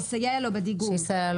שיסייע לו בדיגום.